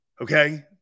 Okay